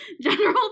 General